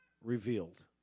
revealed